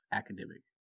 academic